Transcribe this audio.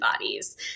bodies